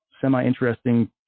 semi-interesting